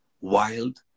wild